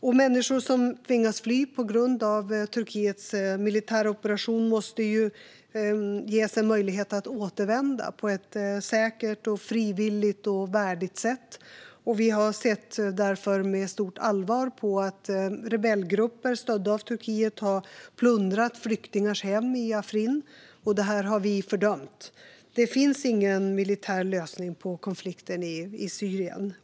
Människor som tvingas fly på grund av Turkiets militära operation måste ges möjlighet att återvända på ett säkert, frivilligt och värdigt sätt. Vi har därför sett med stort allvar på att rebellgrupper stödda av Turkiet har plundrat flyktingars hem i Afrin, och vi har fördömt detta. Det finns ingen militär lösning på konflikten i Syrien.